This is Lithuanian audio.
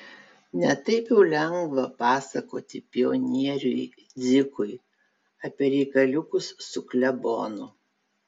ne taip jau lengva pasakoti pionieriui dzikui apie reikaliukus su klebonu